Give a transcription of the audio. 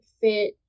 fit